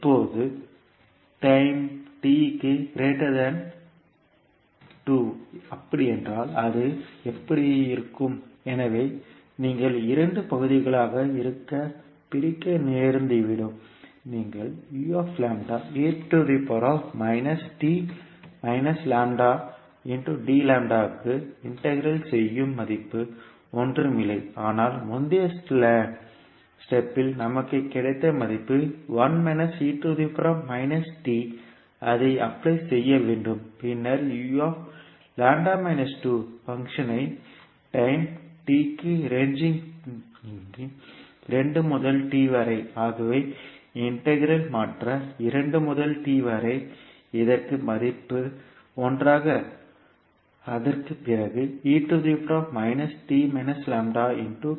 இப்போது time t க்கு greater than 2 2 அப்படி என்றால் அது எப்படி இருக்கும் எனவே நீங்கள் இரண்டு பகுதிகளாக இருக்க பிரிக்க நேர்ந்துவிடும்நீங்கள் க்கு இன்டெக்ரல் செய்யும் மதிப்பு ஒன்றும் இல்லை ஆனால் முந்தைய ஸ்டெப்பில் நமக்கு கிடைத்த மதிப்பு அதை அப்ளை செய்யவேண்டும் பின்னர் பங்க்ஷன் ஐ டைம் t க்கு ரேஞ்ச்கிங் 2 முதல் t வரை ஆகவே இன்டெக்ரல் மாற்ற 2 முதல் t வரை இதற்கு மதிப்பு ஒன்றாக அதற்குப் பிறகு ஆகிவிடும்